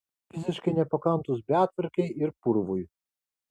fiziškai nepakantūs betvarkei ir purvui